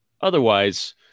Otherwise